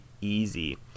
easy